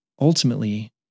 Ultimately